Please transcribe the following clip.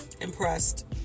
Impressed